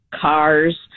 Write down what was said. cars